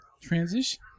transition